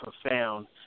profound